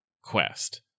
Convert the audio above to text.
Quest